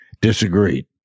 disagreed